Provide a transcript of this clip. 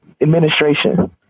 administration